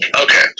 Okay